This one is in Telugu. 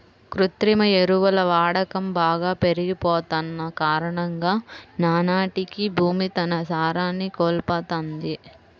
కృత్రిమ ఎరువుల వాడకం బాగా పెరిగిపోతన్న కారణంగా నానాటికీ భూమి తన సారాన్ని కోల్పోతంది